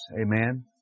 Amen